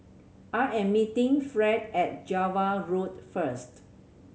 I am meeting Fred at Java Road first